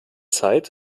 zeit